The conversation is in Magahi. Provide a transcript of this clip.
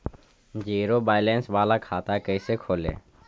जीरो बैलेंस बाला खाता कैसे खोले?